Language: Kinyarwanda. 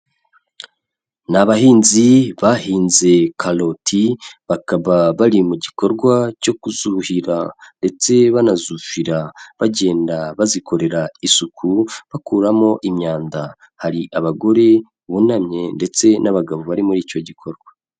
Ni abahinzi bahinze karoti bakaba bari mu gikorwa cyo kuzuhira ndetse banazufira bagenda bazikorera isuku bakuramo imyanda, hari abagore bunamye ndetse n'abagabo bari muri icyo gikorwa.